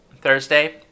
Thursday